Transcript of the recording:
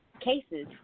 cases